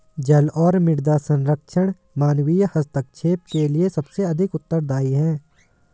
जल और मृदा संरक्षण मानवीय हस्तक्षेप के लिए सबसे अधिक उत्तरदायी हैं